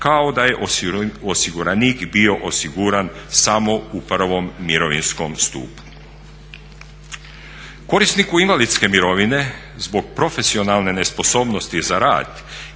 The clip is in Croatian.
kao da je osiguranik bio osiguran samo u prvom mirovinskom stupu. Korisniku invalidske mirovine zbog profesionalne nesposobnosti za rad